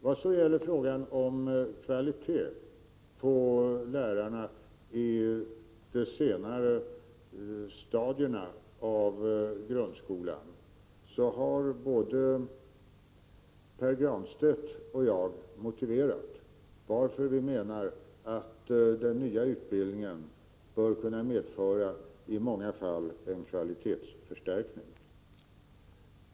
Vad så gäller frågan om lärarkvaliteten i de senare stadierna av grundskolan har både Pär Granstedt och jag motiverat varför vi menar att den nya utbildningen i många fall bör kunna medföra en kvalitetsförstärkning.